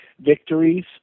victories